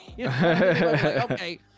Okay